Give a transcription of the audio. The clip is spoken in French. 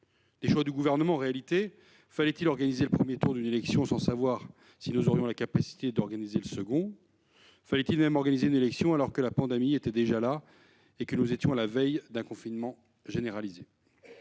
des choix du Gouvernement en réalité : fallait-il organiser le premier tour d'une élection sans savoir si nous aurions la capacité d'organiser le second ? Fallait-il même organiser une élection alors que la pandémie était déjà là et que nous étions à la veille d'un confinement généralisé ?